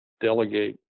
delegate